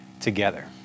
together